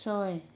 ছয়